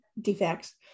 defects